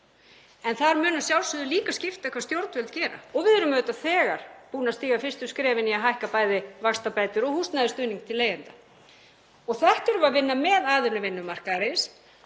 Þar mun að sjálfsögðu líka skipta máli hvað stjórnvöld gera og við erum auðvitað þegar búin að stíga fyrstu skrefin í að hækka bæði vaxtabætur og húsnæðisstuðning til leigjenda. Þetta erum við að vinna með aðilum vinnumarkaðarins,